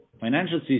financial